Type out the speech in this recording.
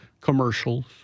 commercials